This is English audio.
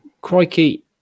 crikey